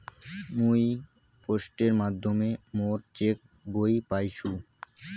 মুই পোস্টের মাধ্যমে মোর চেক বই পাইসু